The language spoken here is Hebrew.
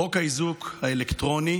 חוק האיזוק האלקטרוני